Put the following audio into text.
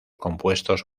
compuestos